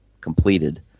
completed